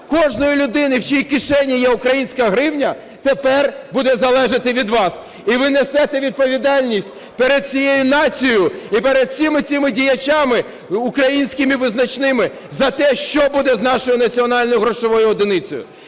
кожної людини, в чиїй кишені є українська гривня, тепер буде залежати від вас. І ви несете відповідальність перед усією нацією і перед всіма цими діячами, українськими визначними, за те, що буде з нашою національно-грошовою одиницею.